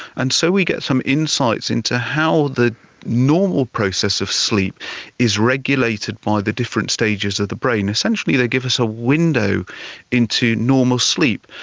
and so we get some insights into how the normal process of sleep is regulated by the different stages of the brain. essentially they give us a window into normal sleep.